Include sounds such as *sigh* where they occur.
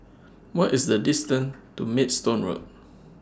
What IS The distance *noise* to Maidstone Road